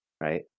right